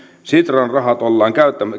sitran rahat ollaan